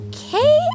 Okay